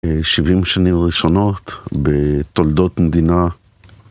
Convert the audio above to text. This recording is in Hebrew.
שבעים שנים ראשונות בתולדות מדינה